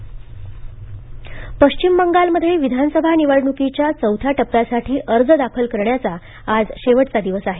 पश्चिम बंगाल निवडणूक पश्चिम बंगालमध्ये विधानसभा निवडणुकीच्या चौथ्या टप्प्यासाठी अर्ज दाखल करण्याचा आज शेवटचा दिवस आहे